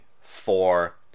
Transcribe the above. four